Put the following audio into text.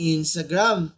Instagram